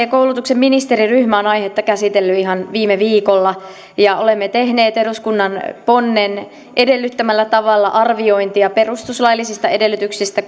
ja koulutuksen ministeriryhmä on aihetta käsitellyt ihan viime viikolla ja olemme tehneet eduskunnan ponnen edellyttämällä tavalla arviointia perustuslaillisista edellytyksistä